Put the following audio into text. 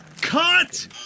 Cut